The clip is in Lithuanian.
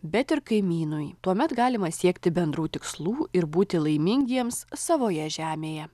bet ir kaimynui tuomet galima siekti bendrų tikslų ir būti laimingiems savoje žemėje